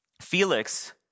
Felix